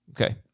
Okay